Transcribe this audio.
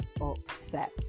upset